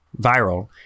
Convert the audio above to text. viral